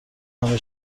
همه